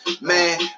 Man